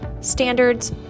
standards